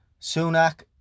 Sunak